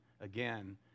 again